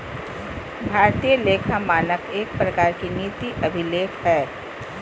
भारतीय लेखा मानक एक प्रकार के नीति अभिलेख हय